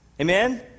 Amen